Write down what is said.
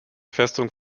festung